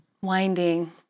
winding